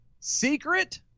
Secret